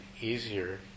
easier